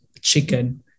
chicken